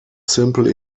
simple